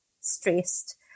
stressed